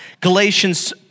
Galatians